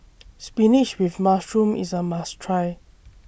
Spinach with Mushroom IS A must Try